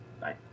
Bye